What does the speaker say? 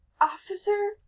officer